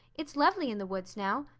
it's lovely in the woods now.